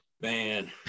man